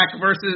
versus